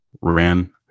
ran